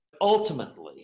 Ultimately